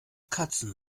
katzen